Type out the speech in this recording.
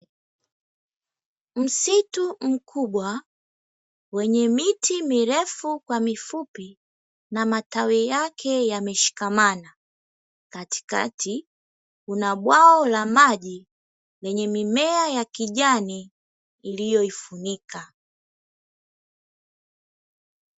Msitu mkubwa wenye miti mirefu kwa mifupi, na matawi yake ameshika mana, katikati kuna bwawa la maji lenye mimea ya kijani, iliyoifunika.